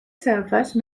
surface